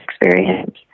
experience